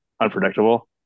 unpredictable